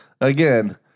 again